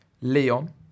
Leon